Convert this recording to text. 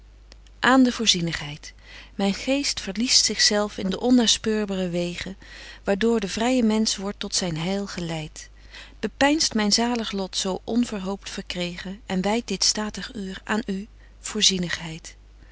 aan de voorzienigheid myn geest verliest zich zelf in d onnaspeurbre wegen waar door de vrye mensch wordt tot zyn heil geleit bepeinst myn zalig lot zo onverhoopt verkregen en wydt dit statig uur aan u